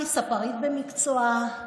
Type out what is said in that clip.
היא ספרית במקצועה.